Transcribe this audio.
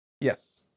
yes